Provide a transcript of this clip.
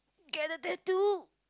get a tattoo